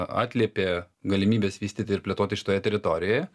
atliepė galimybes vystyti ir plėtoti šitoje teritorijoje